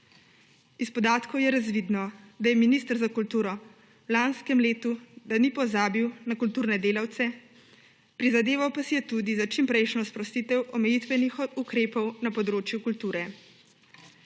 Iz podatkov je razvidno, da minister za kulturo v lanskem letu ni pozabil na kulturne delavce, prizadeval pa si je tudi za čimprejšnjo sprostitev omejitvenih ukrepov na področju kulture.